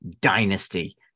Dynasty